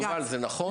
יובל, זה נכון?